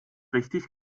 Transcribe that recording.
richtig